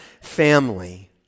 family